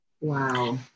Wow